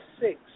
six